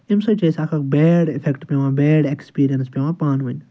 امہِ سۭتۍ چھُ اسہِ اکھ اکھ بیڈ اِفیکٹ پٮ۪وان بیڈ ایکسپیٖرینٕس پٮ۪وان پانہٕ ؤنۍ